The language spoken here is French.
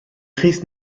chris